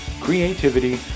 creativity